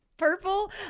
purple